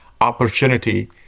opportunity